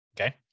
Okay